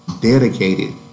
dedicated